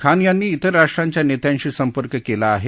खान यांनी तिर राष्ट्रांच्या नेत्यांशी संपर्क केला आहे